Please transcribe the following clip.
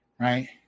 Right